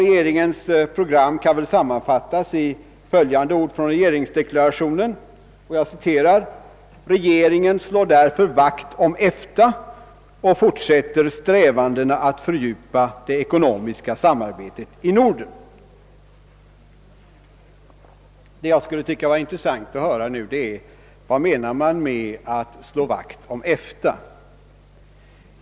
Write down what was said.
Regeringens program kan väl sammanfattas i följande ord från regeringsdeklarationen: »Regeringen slår därför vakt om EFTA och fortsätter strävandena att fördjupa det ekonomiska samarbetet i Norden.» Jag skulle finna det intressant att få höra vad man menar med att slå vakt om EFTA.